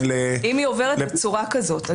אם היא עוברת בצורה כזאת.